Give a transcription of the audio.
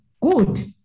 good